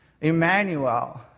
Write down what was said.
Emmanuel